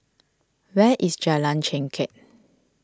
where is Jalan Chengkek